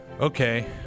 Okay